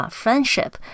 friendship